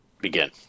begin